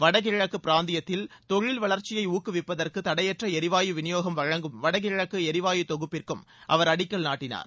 வடகிழக்கு பிராந்தியத்தில் தொழில் வளர்ச்சியை ஊக்குவிப்பதற்கு தடையற்ற எரிவாயு வினியோகம் வழங்கும் வடகிழக்கு எரிவாயு தொகுப்பிற்கும் அவர் அடிக்கல் நாட்டினார்